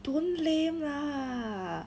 don't lame lah